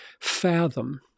fathom